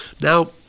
Now